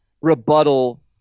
rebuttal